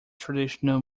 traditional